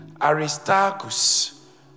Aristarchus